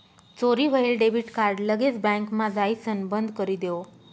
चोरी व्हयेल debit card लगेच बँकमा जाइसण बंदकरी देवो